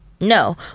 no